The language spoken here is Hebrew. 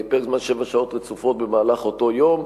פרק זמן של שבע שעות רצופות במהלך אותו יום,